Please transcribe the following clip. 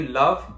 love